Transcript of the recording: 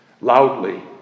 loudly